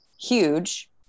huge